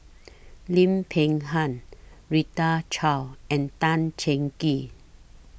Lim Peng Han Rita Chao and Tan Cheng Kee